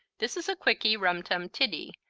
this is a quickie rum tum tiddy,